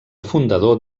fundador